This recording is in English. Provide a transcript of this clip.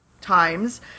times